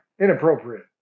inappropriate